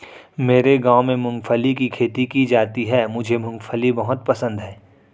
मेरे गांव में मूंगफली की खेती की जाती है मुझे मूंगफली बहुत पसंद है